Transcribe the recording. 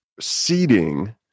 seeding